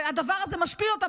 והדבר הזה משפיל אותם,